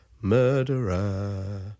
Murderer